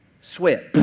Sweat